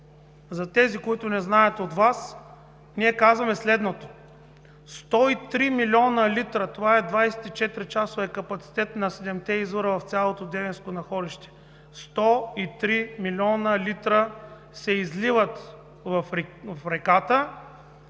от Вас, които не знаят, ние казваме следното: 103 милиона литра – това е 24-часовият капацитет на седемте извора в цялото девинско находище, 103 милиона литра се изливат в реката,